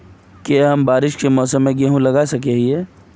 की हम बारिश के मौसम में गेंहू लगा सके हिए?